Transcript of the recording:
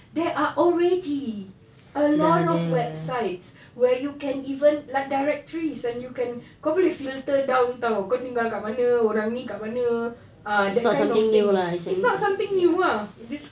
there are already a lot of websites where you can even like directories and you can kau boleh filter down tau kau tinggal kat mana orang ni kat mana ah that kind of thing it's not something new ah this